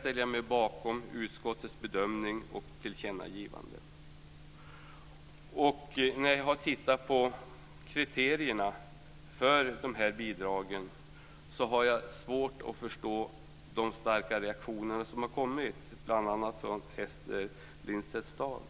ställer jag mig bakom utskottets bedömning och tillkännagivande. När jag har tittat på kriterierna för dessa bidrag har jag svårt att förstå de starka reaktioner som har kommit bl.a. från Ester Lindstedt-Staaf.